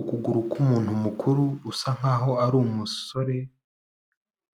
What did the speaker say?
Ukuguru k'umuntu mukuru usa nkaho ari umusore,